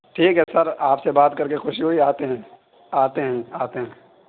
ٹھیک ہے سر آپ سے بات کر کے خوشی ہوئی آتے ہیں آتے ہیں آتے ہیں